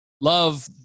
love